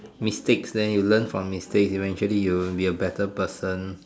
mistakes then you learn from mistakes eventually you will be a better person